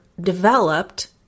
developed